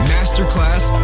Masterclass